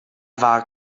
war